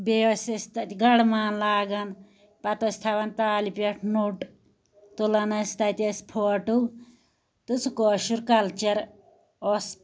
بیٚیہِ ٲسۍ أسۍ تتہِ گڈٕمان لاگان پَتہٕ ٲسۍ تھاوان تالہِ پیٚٹھ نوٚٹ تُلان ٲسۍ پَتہٕ أسۍ فوٹو تہٕ سُہ کٲشُر کَلچَر اوس